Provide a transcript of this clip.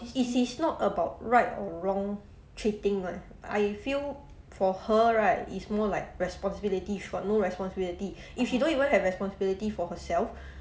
it's it's not about right or wrong treating [one] I feel for her right is more like responsibility she got no responsibility if she don't even have responsibility for herself